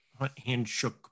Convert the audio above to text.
handshook